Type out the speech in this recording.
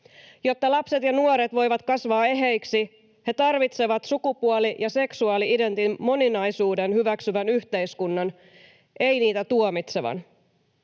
Jotta lapset ja nuoret voivat kasvaa eheiksi, he tarvitsevat sukupuoli- ja seksuaali-identiteetin moninaisuuden hyväksyvän yhteiskunnan, eivät niitä tuomitsevan.